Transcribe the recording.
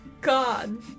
God